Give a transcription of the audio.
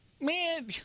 Man